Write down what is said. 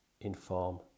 inform